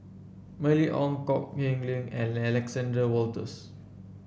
Mylene Ong Kok Heng Leun and Alexander Wolters